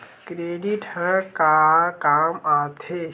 Credit ह का काम आथे?